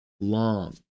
long